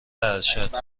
ارشد